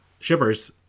shippers